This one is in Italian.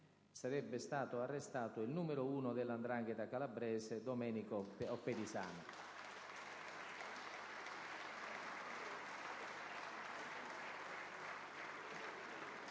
sarebbe stato arrestato il numero uno della 'ndrangheta calabrese, Domenico Oppedisano.